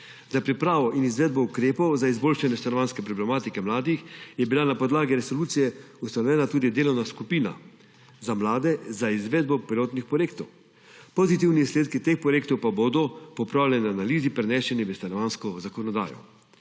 Za pripravo in izvedbo ukrepov za izboljšanje stanovanjske problematike mladih je bila na podlagi resolucije ustanovljena tudi delovna skupina za mlade za izvedbo pilotnih projektov. Pozitivni izsledki teh projektov pa bodo po opravljeni analizi preneseni v stanovanjsko zakonodajo.